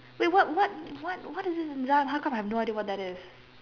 wait what what what what is this in how come I have no idea what that is